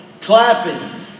clapping